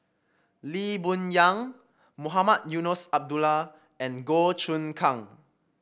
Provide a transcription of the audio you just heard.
Lee Boon Yang Mohamed Eunos Abdullah and Goh Choon Kang